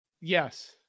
Yes